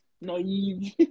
naive